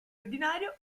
ordinario